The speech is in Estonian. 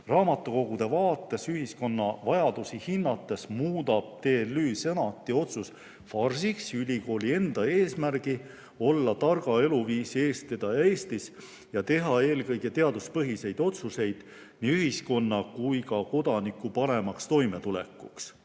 "Raamatukogude vaates ühiskonna vajadusi hinnates muudab TLÜ senati otsus farsiks ülikooli enda eesmärgi olla targa eluviisi eestvedaja Eestis ja teha eelkõige teaduspõhiseid otsuseid nii ühiskonna kui ka kodaniku paremaks toimetulekuks.